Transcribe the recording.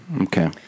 Okay